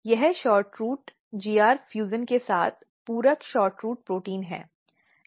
यह SHORTROOT GR fusion के साथ पूरक SHORTROOT प्रोटीन है